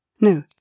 No